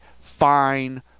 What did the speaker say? fine